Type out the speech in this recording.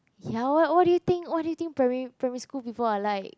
ya why what do you think what do you think primary primary school people are like